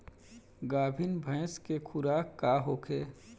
गाभिन भैंस के खुराक का होखे?